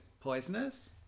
poisonous